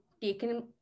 taken